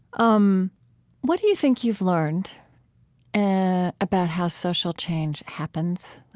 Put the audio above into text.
um what do you think you've learned and about how social change happens?